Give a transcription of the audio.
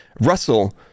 Russell